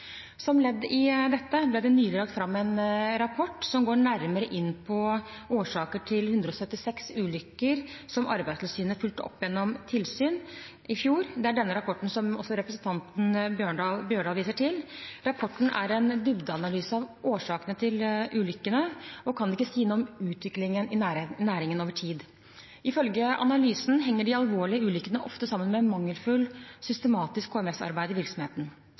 Som ledd i dette ble det nylig lagt fram en rapport som går nærmere inn på årsaker til 176 ulykker som Arbeidstilsynet fulgte opp gjennom tilsyn i fjor. Det er denne rapporten som også representanten Bjørdal viser til. Rapporten er en dybdeanalyse av årsaker til ulykkene og kan ikke si noe om utviklingen i næringen over tid. Ifølge analysen henger de alvorlige ulykkene ofte sammen med mangelfullt systematisk HMS-arbeid i virksomheten.